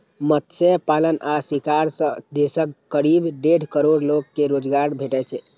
मत्स्य पालन आ शिकार सं देशक करीब डेढ़ करोड़ लोग कें रोजगार भेटै छै